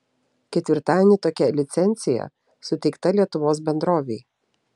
ketvirtadienį tokia licencija suteikta lietuvos bendrovei